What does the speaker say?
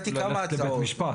ללכת לבית משפט.